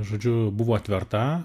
žodžiu buvo atverta